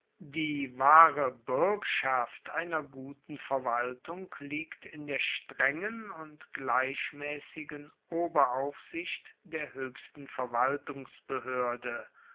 die wahre buergschaft einer guten verwaltung liegt in der strengen und gleichmaessigen oberaufsicht der hoechsten verwaltungsbehoerde